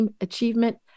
Achievement